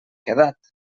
quedat